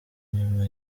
nyuma